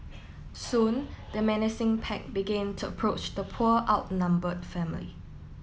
soon the menacing pack begin to approach the poor outnumbered family